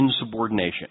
insubordination